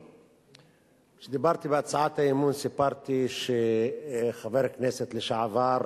כשדיברתי בהצעת האי-אמון סיפרתי שחבר הכנסת לשעבר,